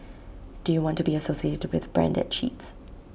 do you want to be associated with A brand that cheats